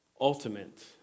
ultimate